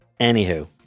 Anywho